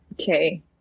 okay